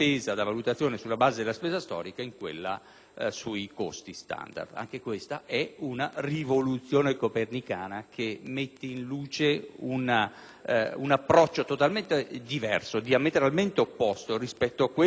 sui costi standard*.* Anche questa è una rivoluzione copernicana, che mette in luce un approccio totalmente diverso, diametralmente opposto rispetto a quello cui fino adesso, in questo Paese, si era abituati